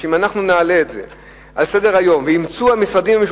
אם אנחנו נעלה את זה על סדר-היום ויימצאו המשרדים,